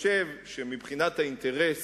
שמבחינת האינטרס